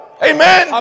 Amen